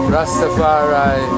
Rastafari